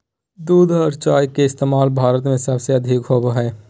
दूध आर चाय के इस्तमाल भारत में सबसे अधिक होवो हय